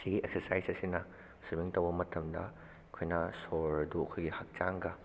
ꯁꯤꯒꯤ ꯑꯦꯛꯁꯔꯁꯥꯏꯖ ꯑꯁꯤꯅ ꯁ꯭ꯋꯤꯃꯤꯡ ꯇꯧꯕ ꯃꯇꯝꯗ ꯑꯩꯈꯣꯏꯅ ꯁꯣꯔꯗꯨ ꯑꯩꯈꯣꯏꯒꯤ ꯍꯛꯆꯥꯡꯒ